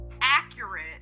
accurate